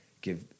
give